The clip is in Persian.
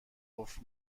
قفل